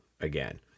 again